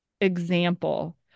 example